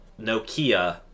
Nokia